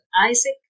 Isaac